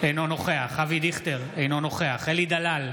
אינו נוכח אבי דיכטר, אינו נוכח אלי דלל,